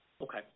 Okay